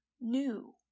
new